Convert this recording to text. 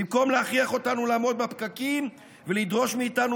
במקום להכריח אותנו לעמוד בפקקים ולדרוש מאיתנו